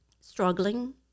struggling